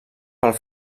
pel